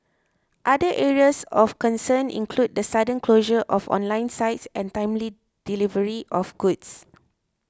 other areas of concern include the sudden closure of online sites and timely delivery of goods